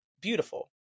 beautiful